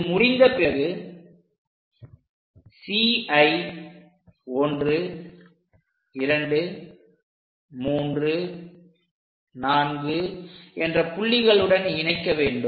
இது முடிந்த பிறகு Cஐ 1234 என்ற புள்ளிகளுடன் இணைக்க வேண்டும்